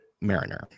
Mariner